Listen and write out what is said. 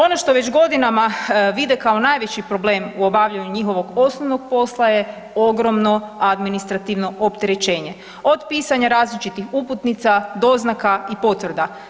Ono što već godinama vide kao najveći problem u obavljanju njihovog osnovnog posla je ogromno administrativno opterećenje, od pisanja različitih uputnica, doznaka i potvrda.